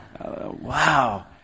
Wow